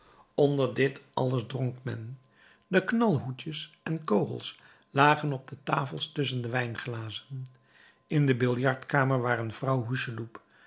onder dit alles dronk men de knalhoedjes en kogels lagen op de tafels tusschen de wijnglazen in de biljartkamer waren vrouw